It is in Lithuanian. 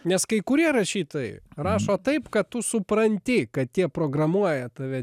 nes kai kurie rašytojai rašo taip kad tu supranti kad jie programuoja tave